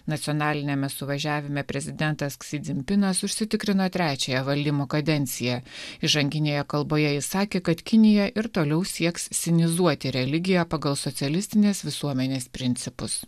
nacionaliniame suvažiavime prezidentas ksindzimpinas užsitikrino trečiąją valdymo kadenciją įžanginėje kalboje jis sakė kad kinija ir toliau sieks sinizuoti religiją pagal socialistinės visuomenės principus